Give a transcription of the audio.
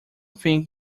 think